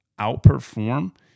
outperform